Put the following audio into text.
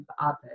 others